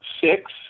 six